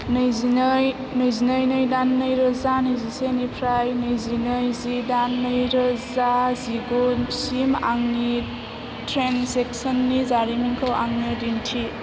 नैजिनै नैजिनै नै दान नैरोजा नैजिसे निफ्राय नैजिनै जि दान नैरोजा जिगु सिम आंनि ट्रेन्जेकसननि जारिमिनखौ आंनो दिन्थि